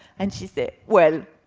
and she said, well,